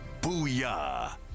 Booyah